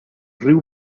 riu